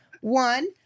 One